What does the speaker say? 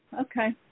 okay